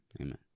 Amen